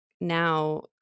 now